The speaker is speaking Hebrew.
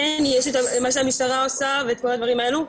מה שהמשטרה עושה ואת כל הדברים האלה,